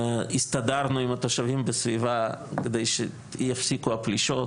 הסתדרנו עם התושבים בסביבה כדי שיפסיקו הפלישות.